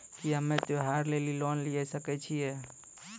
की हम्मय त्योहार लेली लोन लिये सकय छियै?